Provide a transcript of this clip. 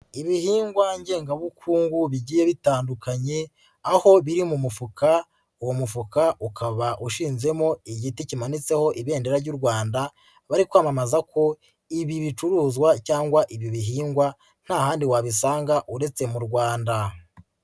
Ibihingwa ngengabukungu bigiye bitandukanye aho biri mu mufuka, uwo mufuka ukaba ushinzemo igiti kimanitseho Ibendera ry'u Rwanda, bari kwamamaza ko ibi bicuruzwa cyangwa ibi bihingwa nta handi wabisanga uretse mu Rwanda.